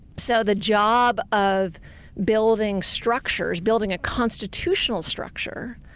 so the job of building structures, building a constitutional structure,